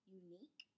unique